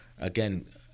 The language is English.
again